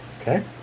Okay